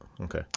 Okay